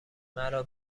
مرا